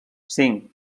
cinc